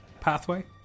pathway